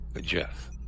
Jeff